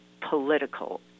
political